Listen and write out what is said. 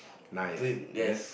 nice is it